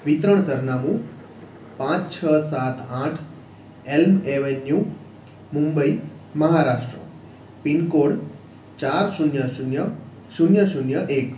વિતરણ સરનામુ પાંચ છ સાત આઠ Elm Avenue Mumbai Maharashtra pin code ચાર શૂન્ય શૂન્ય શૂન્ય શૂન્ય એક